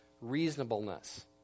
reasonableness